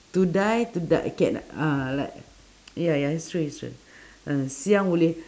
to die to d~ can ah like ya ya it's true it's true uh siang boleh